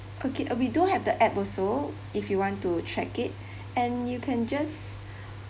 okay uh we do have the app also if you want to check it and you can just